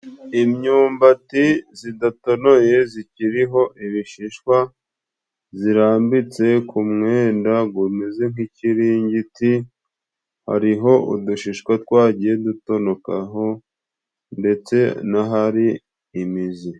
Imyumbati zidatonoye zikiriho ibishishwa zirambitse ku mwenda gumeze nk'ikiringiti hariho udushishwa twagiye dutonokaho ndetse n'ahari imizi.